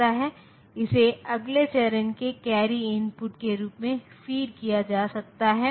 इसलिए हमें x और y के मूल्यों का पता लगाना होगा